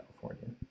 California